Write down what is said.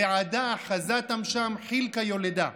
רעדה אחזתם שם, חיל כיולדה".